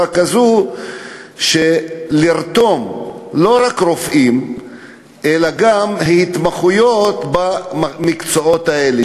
כזאת שנרתום לא רק רופאים אלא גם התמחויות במקצועות האלה,